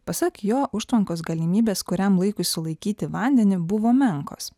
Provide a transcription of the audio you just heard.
pasak jo užtvankos galimybės kuriam laikui sulaikyti vandenį buvo menkos